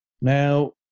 Now